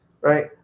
right